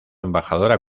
embajadora